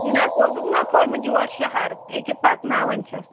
نہَ سُہ اوسُکھ نا کھوٚرمُت یوٚر شَہَر یہِ کیٛاہ پَکناوان چھِس